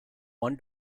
one